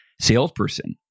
salesperson